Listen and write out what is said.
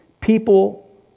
People